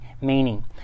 meaning